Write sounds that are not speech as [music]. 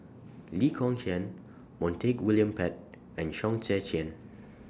Lee Kong Chian Montague William Pett and Chong Tze Chien [noise]